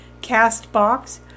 CastBox